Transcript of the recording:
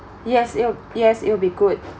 yes it will yes it'll be good